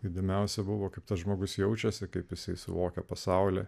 įdomiausia buvo kaip tas žmogus jaučiasi kaip jisai suvokia pasaulį